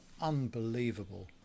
unbelievable